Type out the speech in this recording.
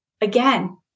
again